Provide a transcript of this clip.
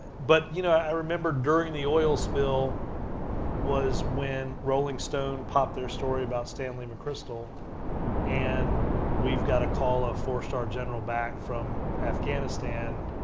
but, you know, i remember during the oil spill was when rolling stone popped their story about stanley mcchrystal and we've got a call our fourstar general back from afghanistan